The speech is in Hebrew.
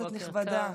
כנסת נכבדה.